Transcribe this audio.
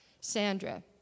Sandra